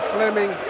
Fleming